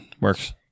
works